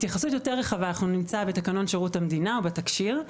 התייחסות יותר רחבה אנחנו נמצא בתקנון שירות המדינה או בתקשי"ר,